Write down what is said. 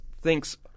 thinks